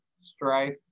strife